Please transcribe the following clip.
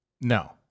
No